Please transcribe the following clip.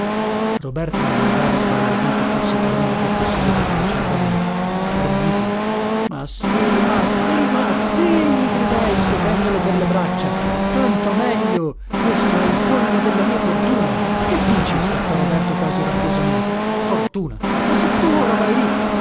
roberto mi guardava sbalordito forse temendo che fossi levato di cervello ridi ma sì ma sì ma sì gli gridai scotendolo per le braccia tanto meglio questo è il colmo della mia fortuna che dici scattò roberto quasi rabbiosamente fortuna ma se tu ora vai lì